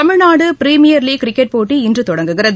Tamil Nadu premier league cricket போட்டி இன்று தொடங்குகிறது